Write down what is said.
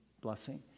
blessing